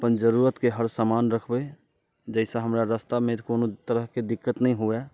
अपन जरूरतके हर समान रखबै जाहिसँ हमरा रस्तामे कोनो तरहके दिक्कत नहि हुए